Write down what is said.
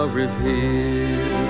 revealed